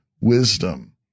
wisdom